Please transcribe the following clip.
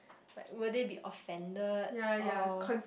like will they be offended or